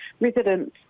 residents